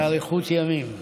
אריכות ימים.